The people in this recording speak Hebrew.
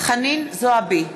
חנין זועבי,